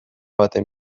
baten